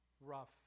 rough